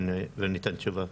וניתן תשובה.